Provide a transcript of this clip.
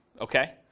okay